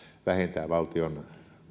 vähentää valtion